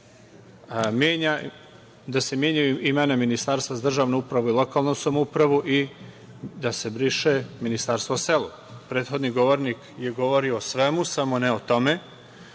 da se menja ime Ministarstva za državnu upravu i lokalnu samoupravu i da se briše ministarstvo o selu. Prethodni govornik je govorio o svemu, samo ne o tome.